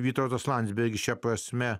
vytautas landsbergis šia prasme